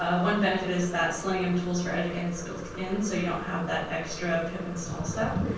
ah one benefit is that selenium tools for edge like and is built in so you don't have that extra pip install step.